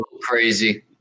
Crazy